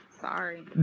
Sorry